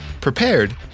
prepared